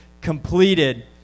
completed